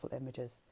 images